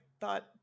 thought